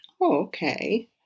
Okay